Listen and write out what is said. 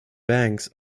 banks